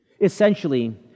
Essentially